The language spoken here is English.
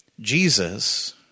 Jesus